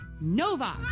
Nova